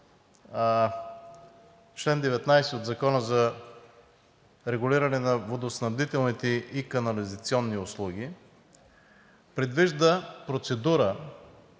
чл. 19 от Закона за регулиране на водоснабдителните и канализационните услуги, предвижда процедура